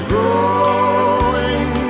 growing